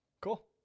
Cool